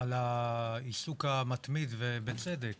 על העיסוק המתמיד ובצדק